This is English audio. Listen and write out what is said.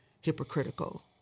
hypocritical